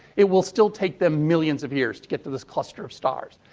it will still take them millions of years to get to this cluster of stars.